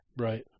Right